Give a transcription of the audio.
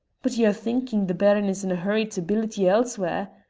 but ye're thinkin' the baron is in a hurry to billet ye elsewhere,